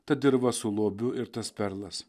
ta dirva su lobiu ir tas perlas